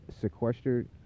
sequestered